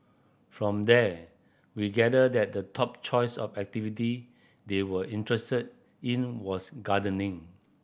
from there we gathered that the top choice of activity they were interested in was gardening